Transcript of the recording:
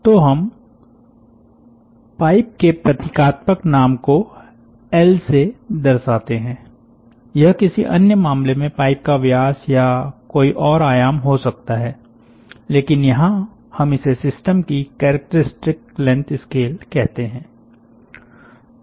तो हम पाइप के प्रतीकात्मक नाम को एल से दर्शाते हैं यह किसी अन्य मामले में पाइप का व्यास या कोई और आयाम हो सकता है लेकिन यहाँ हम इसे सिस्टम की कैरेक्टरिस्टिक लेंथ स्केल कहते हैं